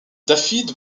dafydd